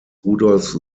rudolf